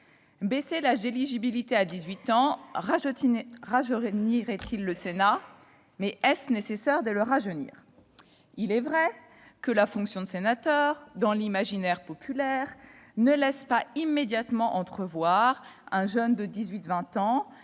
Abaisser l'âge d'éligibilité à dix-huit ans rajeunirait-il le Sénat ? Est-il nécessaire de le rajeunir ? Il est vrai que la fonction de sénateur, dans l'imaginaire populaire, ne laisse pas immédiatement entrevoir un jeune de dix-huit